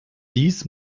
dies